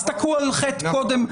אז תכו על חטא קודם.